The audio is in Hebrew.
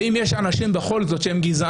ואם יש אנשים שהם בכל זאת גזענים,